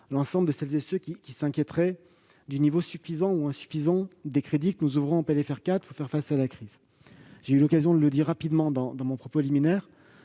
l'ensemble de celles et ceux qui s'inquiéteraient du niveau suffisant ou insuffisant des crédits que nous ouvrons pour faire face à la crise. J'ai déjà eu l'occasion de le dire rapidement dans mon propos liminaire